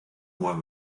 mois